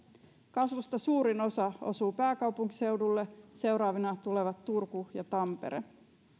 kasvusta suurin osa osuu pääkaupunkiseudulle seuraavina tulevat turku ja tampere